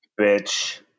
bitch